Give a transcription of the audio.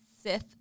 Sith